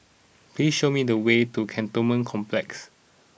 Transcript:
please show me the way to Cantonment Complex